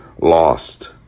lost